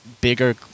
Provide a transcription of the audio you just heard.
bigger